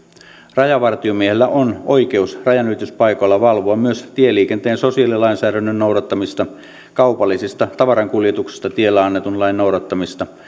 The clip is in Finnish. rajavartiomiehellä on oikeus rajanylityspaikoilla valvoa myös tieliikenteen sosiaalilainsäädännön noudattamista kaupallisista tavarankuljetuksista tiellä annetun lain noudattamista